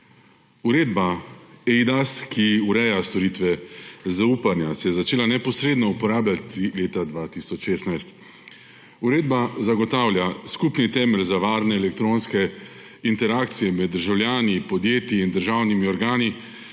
Uredba eIDAS, ki ureja storitve zaupanja, se je začela neposredno uporabljati leta 2016. Uredba zagotavlja skupni temelj za varne elektronske interakcije med državljani, podjetji in državnimi organi,